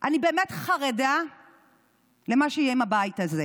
אני באמת חרדה למה שיהיה עם הבית הזה.